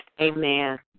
Amen